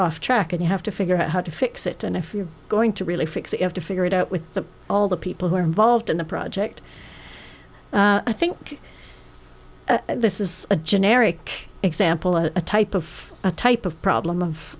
off track and you have to figure out how to fix it and if you're going to really fix you have to figure it out with the all the people who are involved in the project i think this is a generic example of a type of a type of problem of